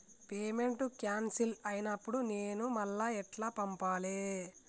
Payment cancel అయినపుడు నేను మళ్ళా ఎట్ల పంపాలే?